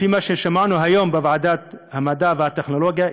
לפי מה ששמענו היום בוועדת המדע והטכנולוגיה,